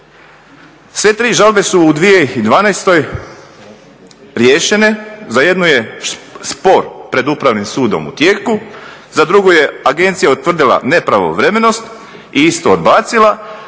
Sve tri žalbe su u 2012.riješene. Za jednu je spor pred Upravnim sudom u tijeku, za drugu je agencija utvrdila nepravovremenost i isto odbacila,